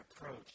approach